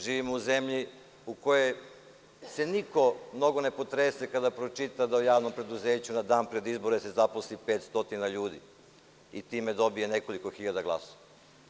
Živimo u zemlji u kojoj se niko mnogo ne potrese kada pročita da u javnom preduzeću na dan pred izbore se zaposli 500 ljudi i time dobija nekoliko hiljada glasova.